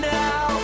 now